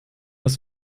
des